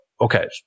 okay